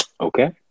okay